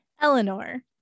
Eleanor